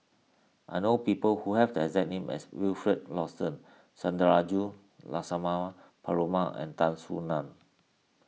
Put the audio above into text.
I know people who have the exact name as Wilfed Lawson Sundarajulu Lakshmana Perumal and Tan Soo Nan